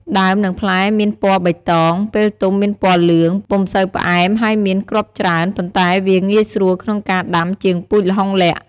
ដើម និងផ្លែមានពណ៌បៃតង ពេលទុំមានពណ៌លឿង ពុំសូវផ្អែមហើយមានគ្រាប់ច្រើន ប៉ុន្តែវាងាយស្រួលក្នុងការដាំជាងពូជល្ហុងលក្ខ័ ។